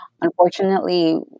Unfortunately